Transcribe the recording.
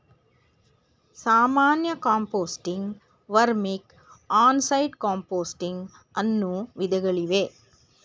ಸಾಮಾನ್ಯ ಕಾಂಪೋಸ್ಟಿಂಗ್, ವರ್ಮಿಕ್, on site composting ಅನ್ನೂ ವಿಧಗಳಿವೆ